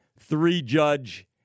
three-judge